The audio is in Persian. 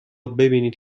ببینید